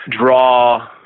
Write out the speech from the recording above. draw